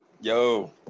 Yo